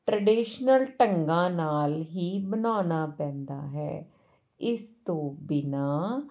traditional ਢੰਗਾਂ ਨਾਲ ਹੀ ਬਣਾਉਣਾ ਪੈਂਦਾ ਹੈ ਇਸ ਤੋਂ ਬਿਨਾ